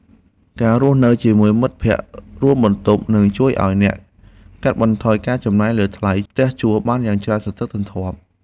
ការរស់នៅជាមួយមិត្តភក្តិរួមបន្ទប់នឹងជួយឱ្យអ្នកកាត់បន្ថយការចំណាយលើថ្លៃផ្ទះជួលបានយ៉ាងច្រើនសន្ធឹកសន្ធាប់។